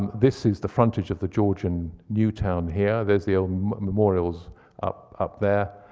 this is the frontage of the georgian new town here. there's the old memorials up up there.